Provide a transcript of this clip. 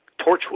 Torchwood